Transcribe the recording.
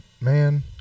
man